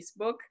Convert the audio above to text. Facebook